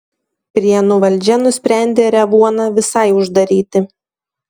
prienų valdžia nusprendė revuoną visai uždaryti